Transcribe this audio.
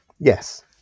Yes